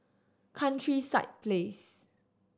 Countryside Place